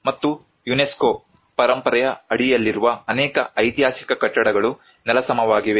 ಮತ್ತು ಯುನೆಸ್ಕೋ ಪರಂಪರೆಯ ಅಡಿಯಲ್ಲಿರುವ ಅನೇಕ ಐತಿಹಾಸಿಕ ಕಟ್ಟಡಗಳು ನೆಲಸಮವಾಗಿವೆ